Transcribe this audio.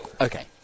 Okay